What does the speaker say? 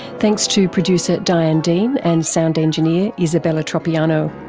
thanks to producer diane dean and sound engineer isabella tropiano.